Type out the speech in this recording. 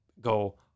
go